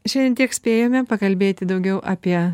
šiandien tiek spėjome pakalbėti daugiau apie